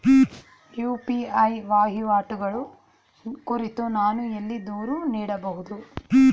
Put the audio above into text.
UPI ವಹಿವಾಟುಗಳ ಕುರಿತು ನಾನು ಎಲ್ಲಿ ದೂರು ನೀಡಬಹುದು?